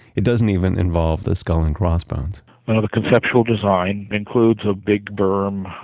it doesn't even involve the skull and crossbones another conceptual design includes a big dorm,